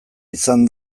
izan